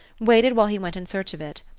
waited while he went in search of it.